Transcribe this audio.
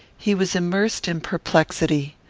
he was immersed in perplexity.